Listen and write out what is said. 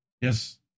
Yes